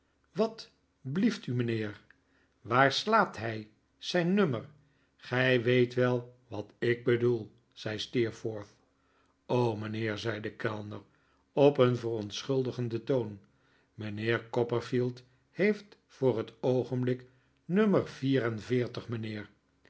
wat blieft u mijnheer waar slaapt hij zijn nummer gij weet wel wat ik bedoel zei steerforth r o mijnheer zei de kellner op een verontschuldigenden toon mijnheer copperfield heeft voor het oogenblik nummer vier en veertig mijnheer